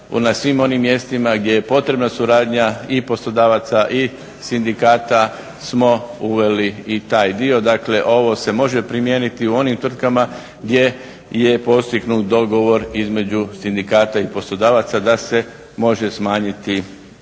na svim onim mjestima gdje je potrebna suradnja i poslodavaca i sindikata smo uveli i taj dio. Dakle, ovo se može primijeniti u onim tvrtkama gdje je postignut dogovor između sindikata i poslodavaca da se može smanjiti